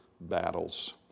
battles